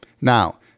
Now